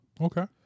Okay